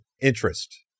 interest